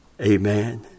amen